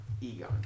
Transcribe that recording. Egon